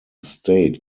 state